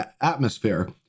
atmosphere